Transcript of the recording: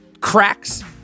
cracks